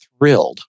thrilled